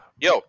Yo